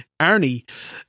Arnie